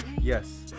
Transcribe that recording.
Yes